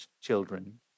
children